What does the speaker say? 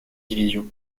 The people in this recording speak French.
division